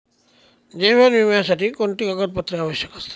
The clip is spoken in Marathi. जीवन विम्यासाठी कोणती कागदपत्रे आवश्यक असतात?